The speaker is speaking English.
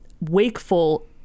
wakeful